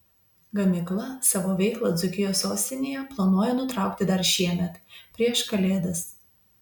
gamykla savo veiklą dzūkijos sostinėje planuoja nutraukti dar šiemet prieš kalėdas